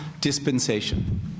dispensation